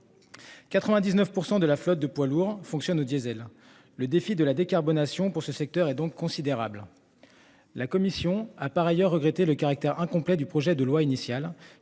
99% de la flotte de poids lourds fonctionne au diésel. Le défi de la décarbonation pour ce secteur est donc considérable. La commission a par ailleurs regretté le caractère incomplet du projet de loi initial